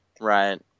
Right